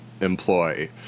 employ